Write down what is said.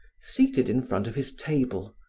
seated in front of his table.